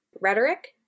rhetoric